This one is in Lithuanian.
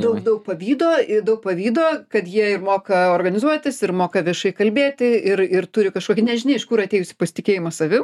daug daug pavydo i daug pavydo kad jie ir moka organizuotis ir moka viešai kalbėti ir ir turi kažkokį nežinia iš kur atėjusį pasitikėjimą savim